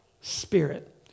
spirit